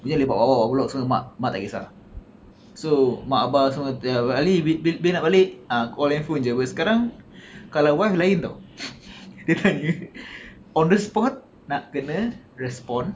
we lepak bawah bawah block apa semua mak mak tak kisah so mak abah semua tak ali bi~ bi~ bila nak balik uh kau layan phone jer sekarang kalau wife lain [tau] dia tanya on the spot nak kena respond